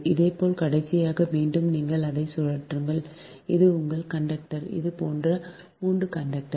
இதேபோல் கடைசியாக மீண்டும் நீங்கள் அதை சுழற்றுங்கள் இது உங்கள் கண்டக்டர் இது போன்ற 3 கண்டக்டர்